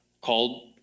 called